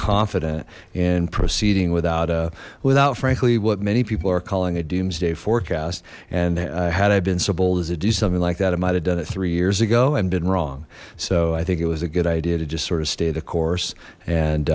confident in proceeding without without frankly what many people are calling a doomsday forecast and had i been so bold as to do something like that it might have done it three years ago and been wrong so i think it was a good idea to just sort of stay the course and